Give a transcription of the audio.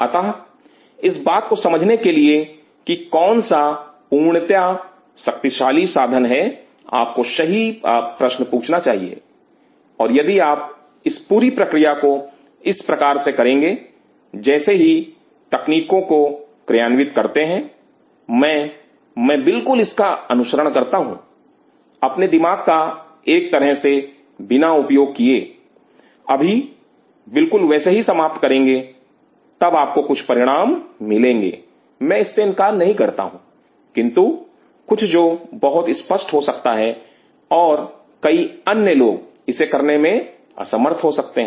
अतः इस बात को समझने के लिए की कौन सा पूर्णतया शक्तिशाली साधन है आपको सही प्रश्न पूछना चाहिए और यदि आप इस पूरी प्रक्रिया को इस प्रकार से करेंगे जैसे ही Refer Time 1902 तकनीकों को क्रियान्वित करते हैं मैं मैं बिल्कुल इसका अनुसरण करता हूं अपने दिमाग का एक तरह से बिना उपयोग किए अभी बिल्कुल वैसे ही समाप्त करेंगे तब आपको कुछ परिणाम मिलेंगे मैं इससे इनकार नहीं करता हूं किंतु कुछ जो बहुत स्पष्ट हो सकता है और कई अन्य लोग इसे करने में असमर्थ हो सकते हैं